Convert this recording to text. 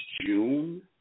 June